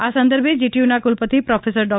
આ સંદર્ભે જીટીયુના કુલપતિ પ્રોફેસર ડૉ